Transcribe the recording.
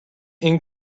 ink